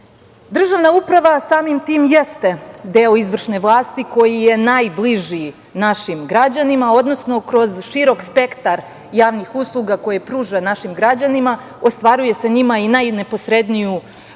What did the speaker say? uprava samim tim jeste deo izvršne vlasti koji je najbliži našim građanima, odnosno kroz širok spektar javnih usluga koje pruža našim građanima, ostvaruje sa njima i najneposredniju